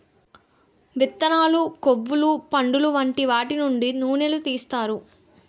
విత్తనాలు, కొవ్వులు, పండులు వంటి వాటి నుండి నూనెలు తీస్తారు